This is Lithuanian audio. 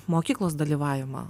mokyklos dalyvavimo